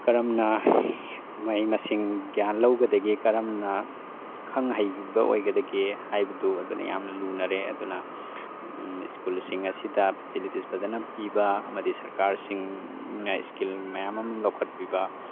ꯀꯔꯝꯅ ꯃꯍꯩ ꯃꯁꯤꯡ ꯒ꯭ꯌꯥꯟ ꯂꯧꯒꯗꯒꯦ ꯀꯔꯝꯅ ꯈꯪ ꯍꯩꯕ ꯑꯣꯏꯒꯗꯒꯦ ꯍꯥꯏꯕꯗꯨ ꯑꯗꯨꯅ ꯌꯥꯝꯅ ꯂꯨꯅꯔꯦ ꯑꯗꯨꯅ ꯁ꯭ꯀꯨꯜꯁꯤꯡ ꯑꯁꯤꯗ ꯐꯦꯁꯤꯂꯤꯇꯤꯖ ꯐꯖꯅ ꯄꯤꯕ ꯑꯃꯗꯤ ꯁꯔꯀꯥꯔꯁꯤꯡꯅ ꯏꯁꯀꯤꯜ ꯃꯌꯥꯝ ꯑꯃ ꯂꯧꯈꯠꯄꯤꯕ